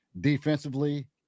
Defensively